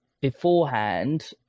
beforehand